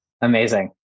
amazing